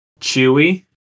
chewy